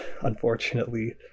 unfortunately